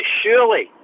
surely